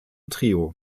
trio